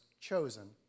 chosen